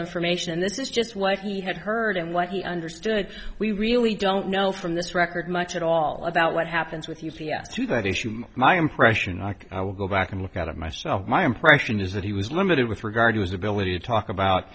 information and this is just what he had heard and what he understood we really don't know from this record much at all about what happens with u b s to that issue my impression i could go back and look at it myself my impression is that he was limited with regard to his ability to talk about